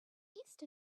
east